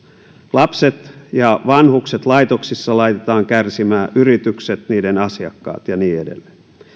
lapset ja vanhukset laitoksissa laitetaan kärsimään yritykset niiden asiakkaat ja niin edelleen